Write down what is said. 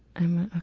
i'm a,